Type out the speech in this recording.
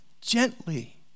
Gently